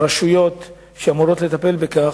רשויות שאמורות לטפל בכך,